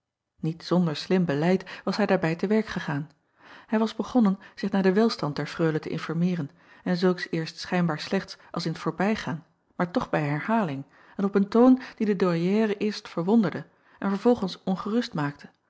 iet zonder slim beleid was hij daarbij te werk gegaan hij was begonnen zich naar den welstand der reule te informeeren en zulks eerst schijnbaar slechts als in t voorbijgaan maar toch bij herhaling en op een toon die de ouairière eerst verwonderde en vervolgens ongerust maakte